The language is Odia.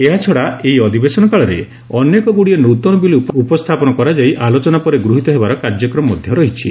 ଏହାଛଡା ଏହି ଅଧିବେଶନ କାଳରେ ଅନେକଗୁଡ଼ିଏ ନୃତନ ବିଲ୍ ଉପସ୍ଥାପନ କରାଯାଇ ଆଲୋଚନା ପରେ ଗୃହୀତ ହେବାର କାର୍ଯ୍ୟକ୍ରମ ମଧ୍ୟ ରହିଛି